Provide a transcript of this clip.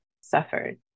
suffered